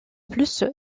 plus